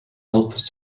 helped